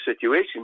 situation